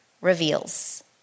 reveals